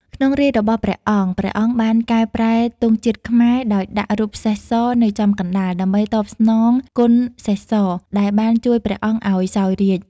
ក្នុងរាជ្យរបស់ព្រះអង្គ ព្រះអង្គបានកែប្រែទង់ជាតិខ្មែរដោយដាក់រូបសេះសនៅចំកណ្តាល ដើម្បីតបស្នងគុណសេះស ដែលបានជួយព្រះអង្គឱ្យសោយរាជ្យ ។